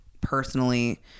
personally